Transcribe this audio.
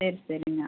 சரி சரிங்க